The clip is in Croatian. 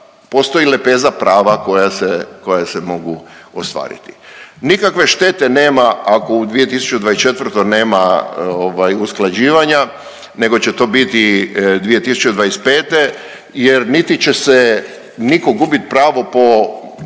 postoji lepeza prava koja se mogu ostvariti. Nikakve štete nema ako u 2024. nema ovaj, usklađivanja nego će to biti 2025. jer niti će se nitko gubit pravo po,